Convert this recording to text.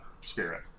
spirit